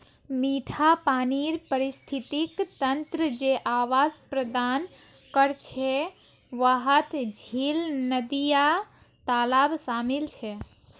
मिठा पानीर पारिस्थितिक तंत्र जे आवास प्रदान करछे वहात झील, नदिया, तालाब शामिल छे